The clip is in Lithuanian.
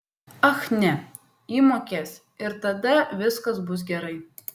ach ne ji mokės ir tada viskas bus gerai